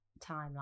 timeline